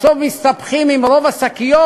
בסוף מסתבכים עם רוב השקיות,